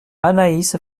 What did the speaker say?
anaïs